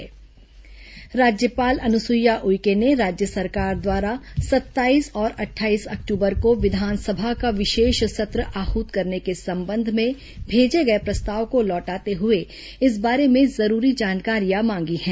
विस विशेष सत्र राज्यपाल अनुसईया उइके ने राज्य सरकार द्वारा सत्ताईस और अट्ठाईस अक्टूबर को विधानसभा का विशेष सत्र आहूत करने के संबंध भेजे गए प्रस्ताव को लौटाते हुए इस बारे में जरूरी जानकारियां मांगी हैं